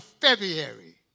February